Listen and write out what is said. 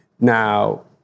Now